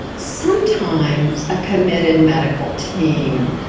sometimes a committed medical team,